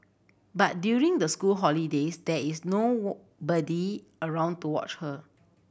but during the school holidays there is no body around to watch her